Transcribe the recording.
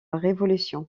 révolution